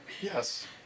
Yes